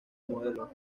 modelo